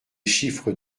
chiffres